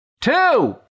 Two